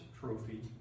Trophy